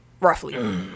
Roughly